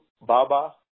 Baba